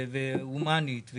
הומנית,